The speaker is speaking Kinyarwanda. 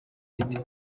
mfite